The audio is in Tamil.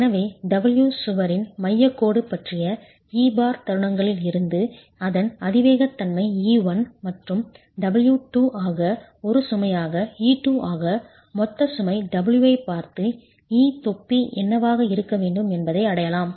எனவே W சுவரின் மையக் கோடு பற்றிய தருணங்களில் இருந்து அதன் அதிவேகத்தன்மை e1 மற்றும் W2 ஆக ஒரு சுமையாக e2 ஆக மொத்த சுமை W ஐப் பார்த்து e தொப்பி என்னவாக இருக்க வேண்டும் என்பதை அடையலாம்